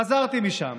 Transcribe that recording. חזרתי משם.